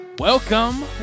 Welcome